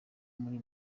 muri